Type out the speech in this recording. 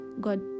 god